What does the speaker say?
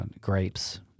grapes